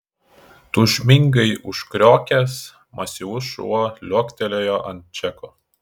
tūžmingai užkriokęs masyvus šuo liuoktelėjo ant džeko